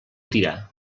dirà